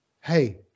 hey